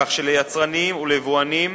כך שליצרנים וליבואנים